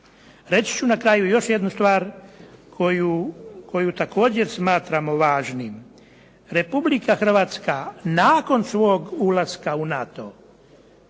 Reći ću na kraju još jednu stvar koju također smatram važnim. Republika Hrvatska nakon svog ulaska u NATO